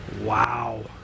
Wow